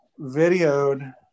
videoed